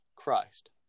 christ